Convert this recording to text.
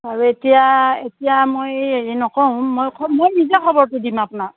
বাৰু এতিয়া এতিয়া মই হেৰি নকওঁ মই মই নিজে খবৰটো দিম আপোনাক